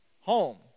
Home